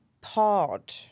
pod